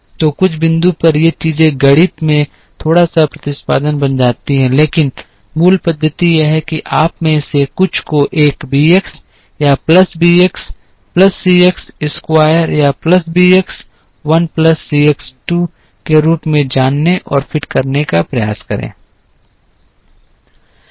तो कुछ बिंदु पर ये चीजें गणित में थोड़ा सा प्रतिस्थापन बन जाती हैं लेकिन मूल पद्धति यह है कि आप में से कुछ को एक bx या plus bx plus cx square या plus bx 1 plus cx 2 के रूप में जानने और फिट करने का प्रयास करें